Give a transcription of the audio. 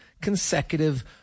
consecutive